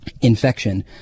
infection